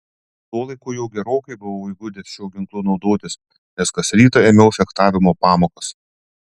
tuo laiku jau gerokai buvau įgudęs šiuo ginklu naudotis nes kas rytą ėmiau fechtavimo pamokas